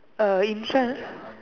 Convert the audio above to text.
uh in front